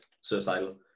suicidal